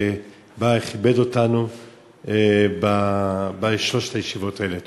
שבא וכיבד אותנו בשלוש הישיבות האלה.